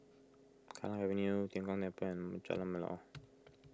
Kallang Avenue Tian Kong Jalan Melor